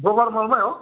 गोबार मलमै हो